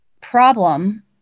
problem